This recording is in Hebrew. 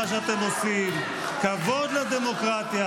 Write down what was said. שמה שאתם עושים זה כבוד גדול לדמוקרטיה